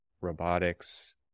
Robotics